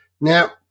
Now